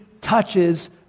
touches